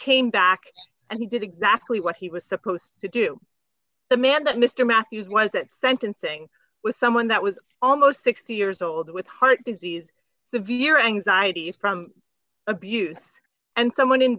came back and he did exactly what he was supposed to do the man that mr matthews was at sentencing was someone that was almost sixty years old with heart disease severe anxiety from abuse and someone in